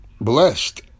blessed